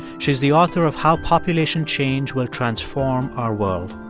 she's the author of how population change will transform our world.